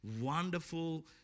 wonderful